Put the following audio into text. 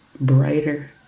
brighter